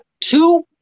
two